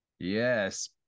yes